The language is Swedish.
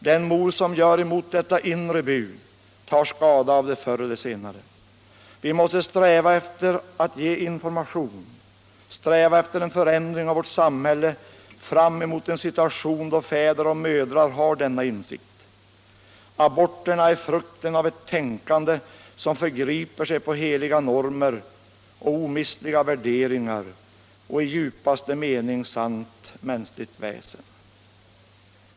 Den mor som handlar emot detta inre bud tar skada av det förr eller senare. Vi måste sträva efter att ge information, sträva efter en förändring av vårt samhälle fram emot den situation då fäder och mödrar har denna insikt. Aborterna är frukten av ett tänkande som förgriper sig på heliga normer och omistliga värderingar och i djupaste mening sant mänskligt väsen.